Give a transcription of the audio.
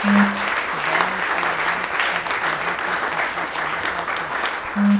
bank के agent सब केहू के खाता खोलत बाटे